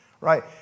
right